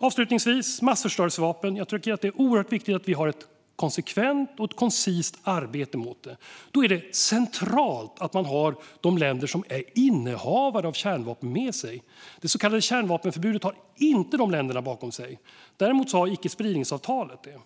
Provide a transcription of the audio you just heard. Avslutningsvis tycker jag att det är oerhört viktigt att vi har ett konsekvent och koncist arbete mot massförstörelsevapen. Då är det centralt att man har de länder som är innehavare av kärnvapen med sig. Det så kallade kärnvapenförbudet har inte de länderna bakom sig, men däremot har icke-spridningsavtalet det.